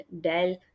Dell